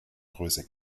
größe